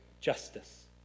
justice